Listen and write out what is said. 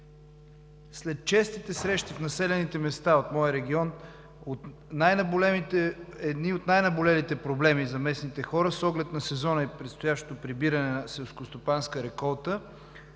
След честите срещи в населените места от моя регион, едни от най-наболелите проблеми за местните хора с оглед на сезона и предстоящото прибиране на селскостопанска реколта